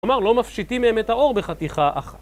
כלומר, לא מפשיטים מהם את העור בחתיכה אחת.